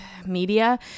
Media